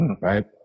Right